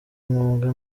umwuga